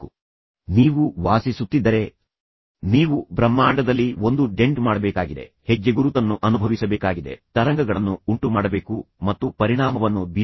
ನೀವು ಇಲ್ಲಿದ್ದರೆ ನೀವು ವಾಸಿಸುತ್ತಿದ್ದರೆ ನೀವು ಬ್ರಹ್ಮಾಂಡದಲ್ಲಿ ಒಂದು ಡೆಂಟ್ ಮಾಡಬೇಕಾಗಿದೆ ನೀವು ಬ್ರಹ್ಮಾಂಡದಲ್ಲಿ ನಿಮ್ಮ ಹೆಜ್ಜೆಗುರುತನ್ನು ಅನುಭವಿಸಬೇಕಾಗಿದೆ ನೀವು ತರಂಗಗಳನ್ನು ಉಂಟುಮಾಡಬೇಕು ಮತ್ತು ಪರಿಣಾಮವನ್ನು ಬೀರಬೇಕು